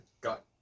got